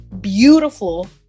beautiful